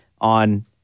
on